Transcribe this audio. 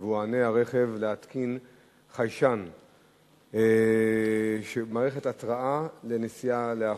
להתקין חיישן שהוא מערכת התרעה לנסיעה לאחור.